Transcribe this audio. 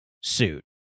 suit